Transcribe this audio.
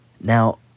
Now